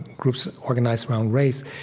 groups organized around race,